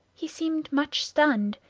he seemed much stunned,